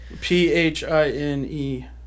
P-H-I-N-E